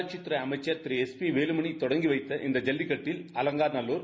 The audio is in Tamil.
உள்ளாட்சித் துறை அமைச்சர் திரு எஸ் பி வேலுமணி தொடங்கி வைத்த இந்த ஐல்லிக்கட்டில் அலங்காநல்லூர்